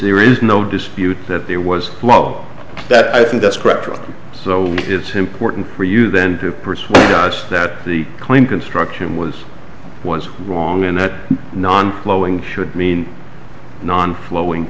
there is no dispute that there was wrong that i think that's correct so it's important for you then to persuade us that the claim construction was was wrong and that non flowing should mean non flowing